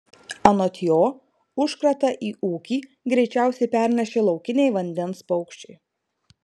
anot jo užkratą į ūkį greičiausiai pernešė laukiniai vandens paukščiai